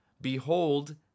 Behold